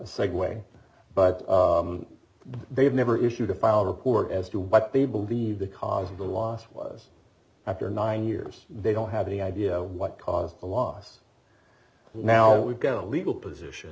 segue but they've never issued a file report as to what they believe the cause of the loss was after nine years they don't have any idea what caused the loss well now we've got a legal position